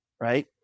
right